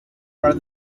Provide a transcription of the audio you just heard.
while